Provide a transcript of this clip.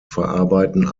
verarbeiten